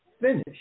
finish